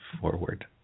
forward